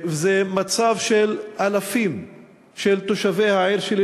זה מצב של אלפים של תושבי העיר שלי,